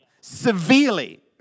Severely